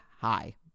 hi